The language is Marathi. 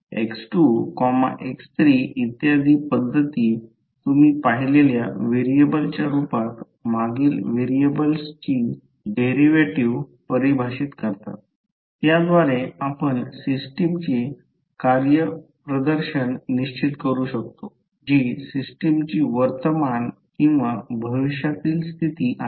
x2 x3 इत्यादी पध्दती तुम्ही पाहिलेल्या व्हेरिएबलच्या रुपात मागील व्हेरिएबलची डेरीवेटीव्ह परिभाषित करतात त्याद्वारे आपण सिस्टमची कार्यप्रदर्शन निश्चित करू शकतो जी सिस्टमची वर्तमान किंवा भविष्यातील स्थिती आहे